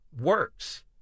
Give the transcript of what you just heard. works